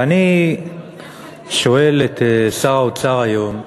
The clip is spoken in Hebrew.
ואני שואל את שר האוצר היום,